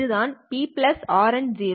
இது தான் P RN